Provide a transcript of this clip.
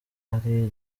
ari